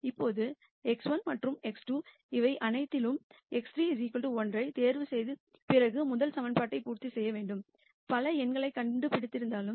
இப்போது x1 மற்றும் x2 இவை அனைத்திலும் x3 1 ஐ தேர்வுசெய்த பிறகு முதல் சமன்பாட்டை பூர்த்தி செய்ய பல எண்களைக் கண்டுபிடித்திருக்கலாம்